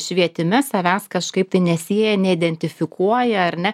švietime savęs kažkaip tai nesieja neidentifikuoja ar ne